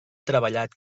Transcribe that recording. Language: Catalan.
treballat